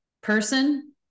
person